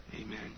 Amen